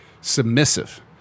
submissive